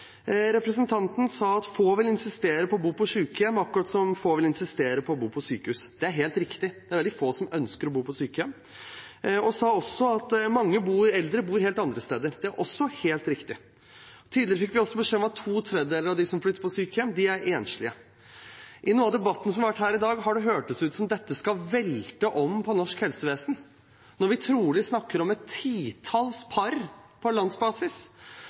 Representanten sa at få vil insistere på å bo på sykehjem, akkurat som få vil insistere på å bo på sykehus. Det er helt riktig. Det er veldig få som ønsker å bo på sykehjem. Hun sa også at mange eldre bor helt andre steder. Det er også helt riktig. Tidligere fikk vi også beskjed om at to tredjedeler av dem som flytter på sykehjem, er enslige. I noe av debatten som har vært her i dag, har det hørtes ut som om dette skal velte om på norsk helsevesen, når vi trolig snakker om et titalls par på landsbasis.